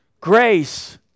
Grace